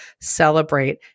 celebrate